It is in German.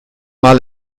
mal